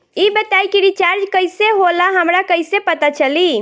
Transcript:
ई बताई कि रिचार्ज कइसे होला हमरा कइसे पता चली?